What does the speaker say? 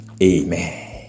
Amen